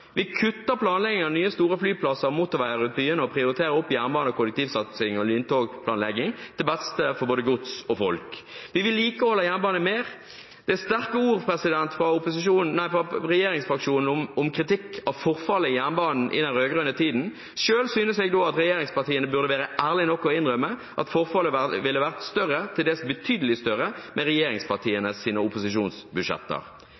Vi kutter planlegging av nye, store flyplasser og motorveier rundt byene og prioriterer jernbane- og kollektivsatsing og lyntogplanlegging til beste for både gods og folk. Vi vedlikeholder jernbanen mer. Det er sterke ord fra regjeringsfraksjonen med kritikk av forfallet i jernbanen i den rød-grønne tiden. Selv synes jeg regjeringspartiene burde være ærlige nok til å innrømme at forfallet ville vært større, til dels betydelig større, med regjeringspartienes opposisjonsbudsjetter.